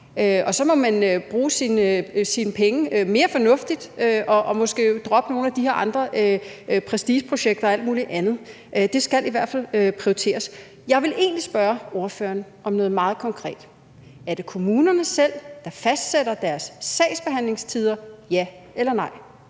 Så må man bruge sine penge mere fornuftigt og måske droppe nogle af de her andre prestigeprojekter og alt mulig andet. Det skal i hvert fald prioriteres. Jeg vil egentlig spørge ordføreren om noget meget konkret: Er det kommunerne selv, der fastsætter deres sagsbehandlingstider? Ja eller nej.